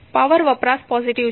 power વપરાશ positive છે